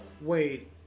wait